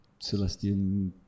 Celestian